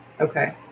Okay